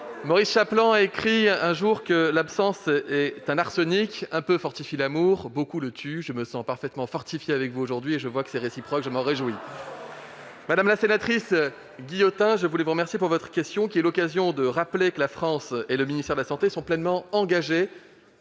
Maurice Chapelan a écrit :« L'absence est un arsenic : un peu fortifie l'amour, beaucoup le tue », je me sens parfaitement fortifié avec vous aujourd'hui, et je constate que c'est réciproque. Je m'en réjouis ! Madame la sénatrice Guillotin, je vous remercie de votre question, qui m'offre l'occasion de rappeler que la France et le ministère de la santé sont pleinement engagés